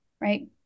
right